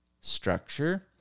structure